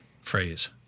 phrase